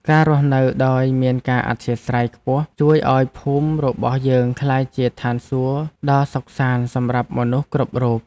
ការរស់នៅដោយមានការអធ្យាស្រ័យខ្ពស់ជួយឱ្យភូមិរបស់យើងក្លាយជាឋានសួគ៌ដ៏សុខសាន្តសម្រាប់មនុស្សគ្រប់រូប។